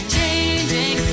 Changing